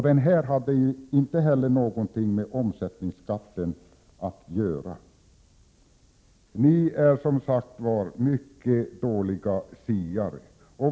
Den hade ju inte heller någonting med omsättningsskatten att göra. Ni är som sagt mycket dåliga siare.